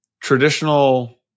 traditional